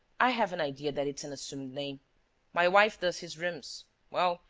i have an idea that it's an assumed name my wife does his rooms well,